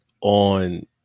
on